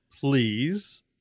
please